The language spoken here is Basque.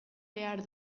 behar